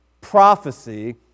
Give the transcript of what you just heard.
prophecy